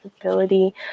ability